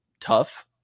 tough